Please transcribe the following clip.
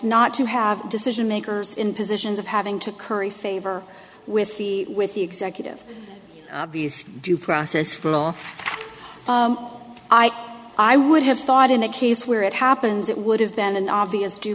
not to have decision makers in positions of having to curry favor with the with the executive due process for i i would have thought in a case where it happens it would have been an obvious due